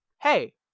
hey